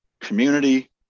community